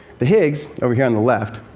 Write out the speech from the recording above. the higgs, over here on the left,